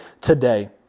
today